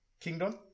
Kingdom